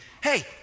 hey